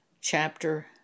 chapter